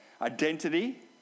Identity